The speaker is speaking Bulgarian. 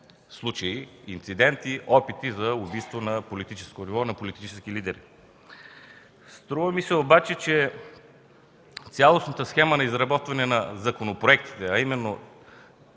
случаи и инцидент – опит и за убийство, на политическо ниво, на политически лидер. Струва ми се обаче, че цялостната схема за изработване на законопроектите, а именно